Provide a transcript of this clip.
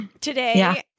Today